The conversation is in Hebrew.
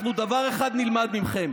אנחנו בדבר אחד נלמד מכם,